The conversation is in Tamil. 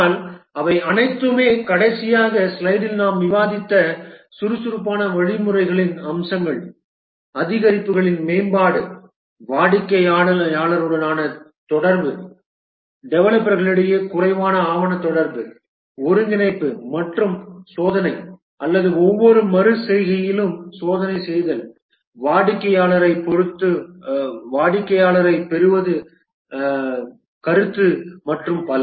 ஆனால் அவை அனைத்துமே கடைசி ஸ்லைடில் நாம் விவாதித்த சுறுசுறுப்பான வழிமுறைகளின் அம்சங்கள் அதிகரிப்புகளின் மேம்பாடு வாடிக்கையாளருடனான தொடர்பு டெவலப்பர்களிடையே குறைவான ஆவண தொடர்பு ஒருங்கிணைப்பு மற்றும் சோதனை அல்லது ஒவ்வொரு மறு செய்கையிலும் சோதனை செய்தல் வாடிக்கையாளரைப் பெறுவது கருத்து மற்றும் பல